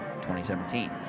2017